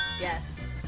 Yes